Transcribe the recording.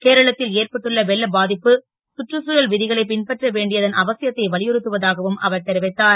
கேரளத் ல் ஏற்பட்டுள்ள வெள்ள பா ப்பு சுற்றுச்தழல் வி களை பின்பற்றப் பட வேண்டியதன் அவசியத்தை வலியுறுத்துவதாகவும் அவர் தெரிவித்தார்